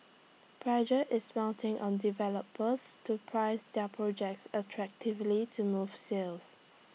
pressure is mounting on developers to price their projects attractively to move sales